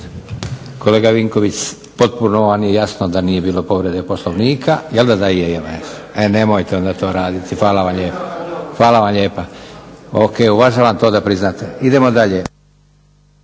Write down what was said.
Kolega Vinković, potpuno vam je jasno da nije bilo povrede Poslovnika. Jelda da je vam jasno, e nemojte onda to raditi. Hvala vam lijepa. Ok, uvažavam to da priznate. Idemo dalje.